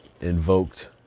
Invoked